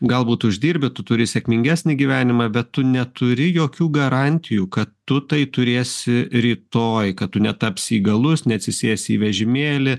galbūt uždirbi tu turi sėkmingesnį gyvenimą bet tu neturi jokių garantijų kad tu tai turėsi rytoj kad tu netapsi įgalus neatsisėsi į vežimėlį